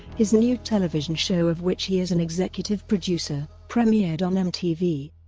his new television show of which he is an executive producer, premiered on mtv.